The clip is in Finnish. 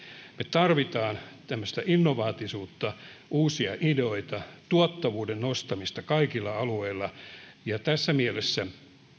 me tarvitsemme tämmöistä innovatiivisuutta uusia ideoita tuottavuuden nostamista kaikilla alueilla tässä mielessä